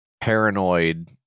paranoid